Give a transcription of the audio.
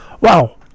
Wow